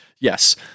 yes